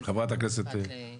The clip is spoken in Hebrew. כן, חברת הכנסת שרון רופא.